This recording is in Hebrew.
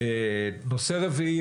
נושא רביעי,